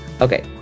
okay